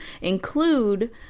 include